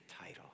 title